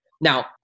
Now